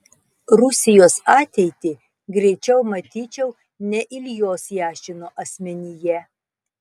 rusijos ateitį greičiau matyčiau ne iljos jašino asmenyje